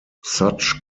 such